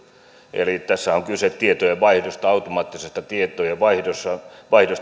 eli tässä on kyse automaattisesta tietojenvaihdosta